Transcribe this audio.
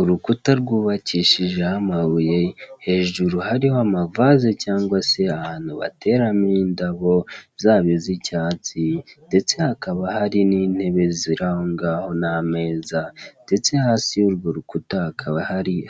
Urukuta rwubakishijeho amabuye hejuru hariho amavazi cyangwa se ahantu bateramo indabo, zaba iz'icyatsi ndetse hakaba hari n'intebe ziri ahongano n'ameza ndetse hasi y'urwo rukuta hakaba